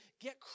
get